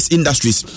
Industries